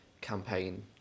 campaign